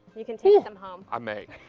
you can take them home. i may.